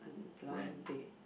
blind date